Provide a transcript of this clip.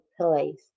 place